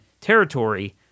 territory